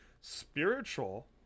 spiritual